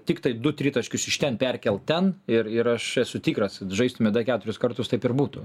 tiktai du tritaškius iš ten perkelt ten ir ir aš esu tikras žaistume dar keturis kartus taip ir būtų